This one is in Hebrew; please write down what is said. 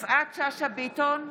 יפעת שאשא ביטון,